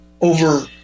over